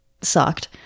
sucked